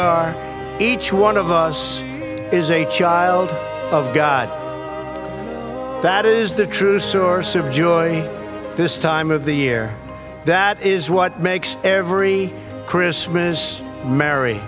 are each one of us is a child of god that is the true source of joy this time of the year that is what makes every christmas merry